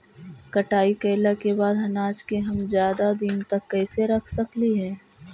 कटाई कैला के बाद अनाज के हम ज्यादा दिन तक कैसे रख सकली हे?